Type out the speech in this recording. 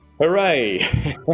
hooray